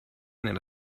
nella